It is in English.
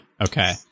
Okay